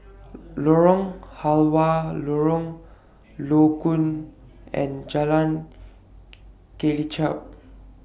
Lorong Halwa Lorong Low Koon and Jalan Kelichap